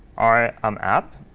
our um app.